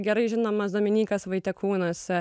gerai žinomas dominykas vaitekūnas